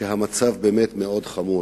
והמצב באמת מאוד חמור.